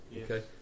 Okay